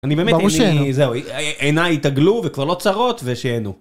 אני באמת... זהו, עיניי התעגלו וכבר לא צרות ושיהנו.